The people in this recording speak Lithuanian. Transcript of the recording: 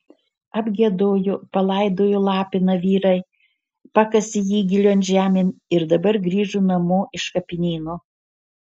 apgiedojo palaidojo lapiną vyrai pakasė jį gilion žemėn ir dabar grįžo namo iš kapinyno